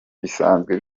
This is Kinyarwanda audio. bisanzwe